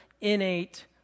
innate